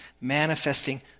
manifesting